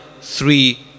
three